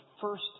first